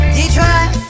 Detroit